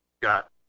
Got